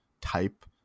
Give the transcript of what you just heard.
type